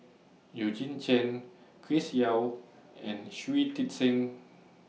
Eugene Chen Chris Yeo and Shui Tit Sing